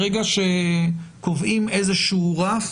ברגע שקובעים איזשהו רף,